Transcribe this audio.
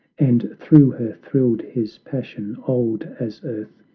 and through her thrilled his passion, old as earth,